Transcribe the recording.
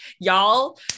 y'all